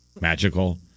magical